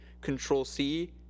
Control-C